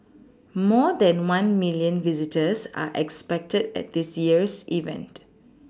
more than one milLion visitors are expected at this year's event